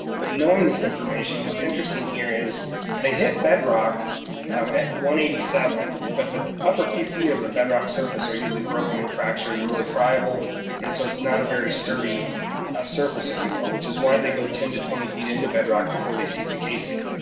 but knowing this information, what's interesting here is they hit bedrock um at one hundred and eighty seven, but the upper few feet of the bedrock surface are usually broken and fractured and really friable and so it's not a very sturdy ah surface, if you will, which is why they go ten to twenty feet into bedrock before they seep the casing.